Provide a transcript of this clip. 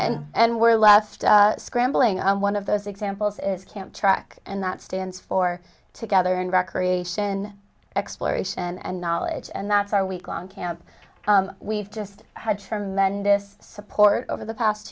t and we're left scrambling and one of those examples is camp track and that stands for together and recreation exploration and knowledge and that's our weeklong camp we've just had tremendous support over the past